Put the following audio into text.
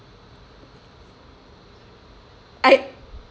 I